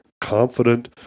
confident